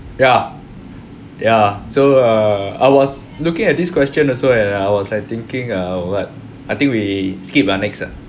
ya ya so err I was looking at this question also eh I was like thinking err what I think we skip ah next ah